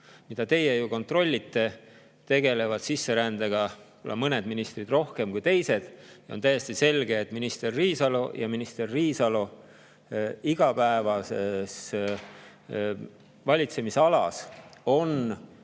mida teie ju kontrollite, tegelevad sisserändega mõned ministrid rohkem kui teised. On täiesti selge, et minister Riisalo ja minister Riisalo igapäevases valitsemisalas on kas